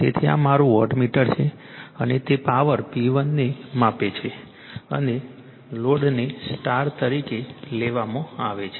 તેથી આ મારૂ વોટમીટર છે અને તે પાવર P1 ને માપે છે અને લોડને સ્ટાર તરીકે લેવામાં આવે છે